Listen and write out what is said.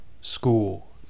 school